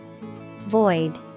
Void